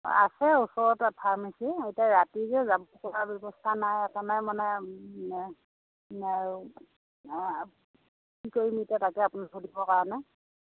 আছে ওচৰতে ফাৰ্মাচী এতিয়া ৰাতি যে যাব যোৱা ব্যৱস্থা নাই সেইকাৰণে মানে কি কৰিম এতিয়া তাকে আপোনাক সুধিব কাৰণে